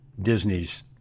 Disney's